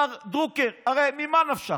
מר דרוקר, הרי ממה נפשך?